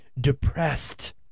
depressed